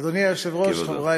אדוני היושב-ראש, חברי